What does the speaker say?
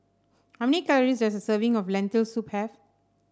how many calories does a serving of Lentil Soup have